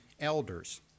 elders